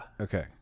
Okay